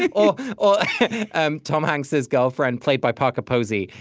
or or um tom hanks's girlfriend, played by parker posey,